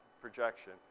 projection